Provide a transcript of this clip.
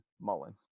Mullen